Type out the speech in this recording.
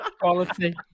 Quality